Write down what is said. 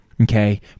okay